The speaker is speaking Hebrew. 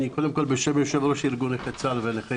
קודם כל בשם יושב ראש ארגון נכי צה"ל ונכי